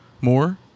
more